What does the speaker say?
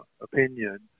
opinion